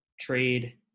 Trade